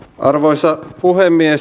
rouva puhemies